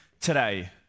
today